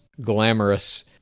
glamorous